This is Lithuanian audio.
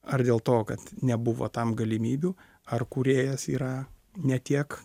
ar dėl to kad nebuvo tam galimybių ar kūrėjas yra ne tiek